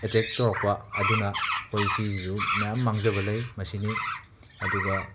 attack ꯇꯧꯔꯛꯄ ꯑꯗꯨꯅ ꯑꯩꯈꯣꯏ ꯁꯤꯁꯨ ꯃꯌꯥꯝ ꯃꯥꯡꯖꯕ ꯂꯩ ꯃꯁꯤꯅꯤ ꯑꯗꯨꯒ